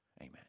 Amen